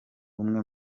umwe